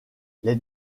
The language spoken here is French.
les